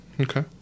Okay